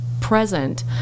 present